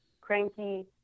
cranky